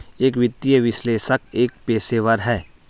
एक वित्तीय विश्लेषक एक पेशेवर है